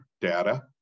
data